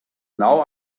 now